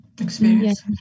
experience